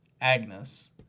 Agnes